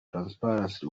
transparency